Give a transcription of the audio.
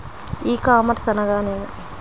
ఈ కామర్స్ అనగానేమి?